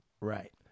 Right